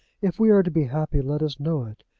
if we are to be happy let us know it.